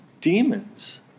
demons